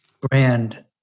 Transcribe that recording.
brand